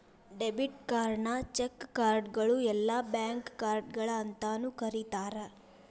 debit ಕಾರ್ಡ್ನ cheque ಕಾರ್ಡ್ಗಳು ಇಲ್ಲಾ ಬ್ಯಾಂಕ್ ಕಾರ್ಡ್ಗಳ ಅಂತಾನೂ ಕರಿತಾರ